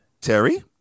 Terry